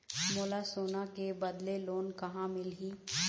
मोला सोना के बदले लोन कहां मिलही?